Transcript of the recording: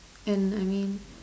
and I mean